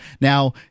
Now